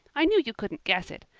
i knew you couldn't guess it.